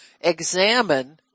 examine